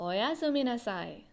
Oyasuminasai